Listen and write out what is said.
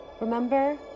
remember